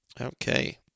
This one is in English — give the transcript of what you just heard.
Okay